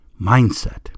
mindset